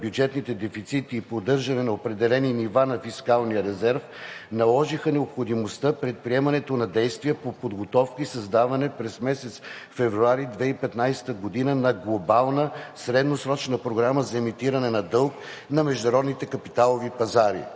бюджетните дефицити и поддържане на определени нива на фискалния резерв, наложиха необходимостта предприемането на действия по подготовка и създаване през месец февруари 2015 г. на Глобална средносрочна програма за емитиране на дълг на международните капиталови пазари.